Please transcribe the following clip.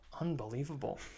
unbelievable